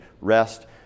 rest